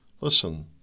Listen